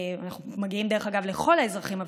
אנחנו מגיעים דרך אגב לכל האזרחים הוותיקים,